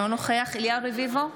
אינו נוכח אליהו רביבו,